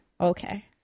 Okay